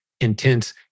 intense